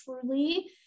truly